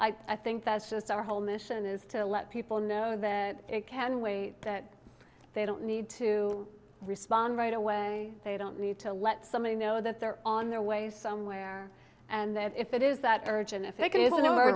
i think that's just our whole mission is to let people know that it can wait that they don't need to respond right away they don't need to let somebody know that they're on their way somewhere and that if it is that urgent if it isn't the